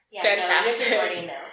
Fantastic